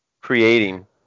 creating